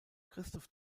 christoph